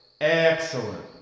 excellent